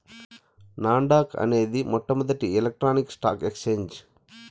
non dock అనేది మొట్టమొదటి electronic stock exchange